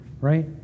Right